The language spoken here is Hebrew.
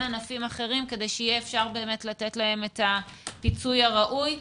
ענפים אחרים כדי שאפשר יהיה לתת להם את הפיצוי הראוי.